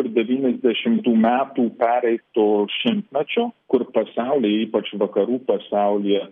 tarp devyniasdešimtų metų pereito šimtmečio kur pasauly ypač vakarų pasaulyje